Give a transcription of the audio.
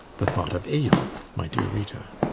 the thought of eyolf, my dear rita.